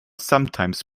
sometimes